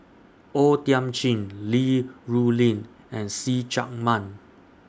O Thiam Chin Li Rulin and See Chak Mun